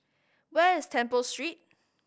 where is Temple Street